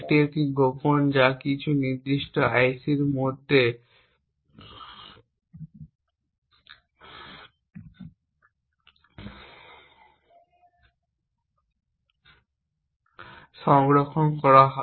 একটি গোপন কী যা এই নির্দিষ্ট আইসির মধ্যে সংরক্ষণ করা হয়